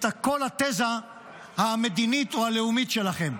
את כל התזה המדינית או הלאומית שלכם.